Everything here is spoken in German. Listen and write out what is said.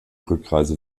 rückreise